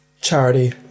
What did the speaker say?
charity